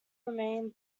remain